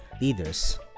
leaders